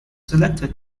selected